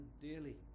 dearly